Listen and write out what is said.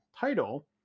title